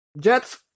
Jets